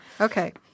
Okay